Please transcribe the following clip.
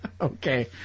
Okay